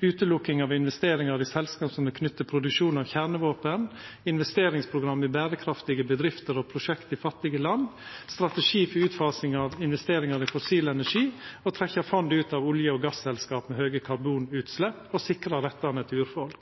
utelukking av investeringar i selskap som er knytte til produksjon av kjernevåpen, investeringsprogram i berekraftige bedrifter og prosjekt i fattige land, strategi for utfasing av investeringar i fossil energi og å trekkja fondet ut av olje- og gasselskap med høge karbonutslepp og å sikra rettane til urfolk.